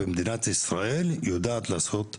ומדינת ישראל יודעת לעשות את זה,